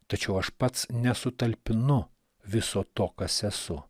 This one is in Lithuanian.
tačiau aš pats nesutalpinu viso to kas esu